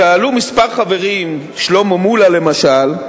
שאלו כמה חברים, שלמה מולה למשל,